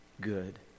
good